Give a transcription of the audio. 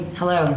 hello